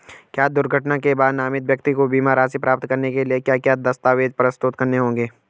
क्या दुर्घटना के बाद नामित व्यक्ति को बीमा राशि प्राप्त करने के लिए क्या क्या दस्तावेज़ प्रस्तुत करने होंगे?